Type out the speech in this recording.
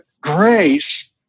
Grace